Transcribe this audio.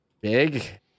big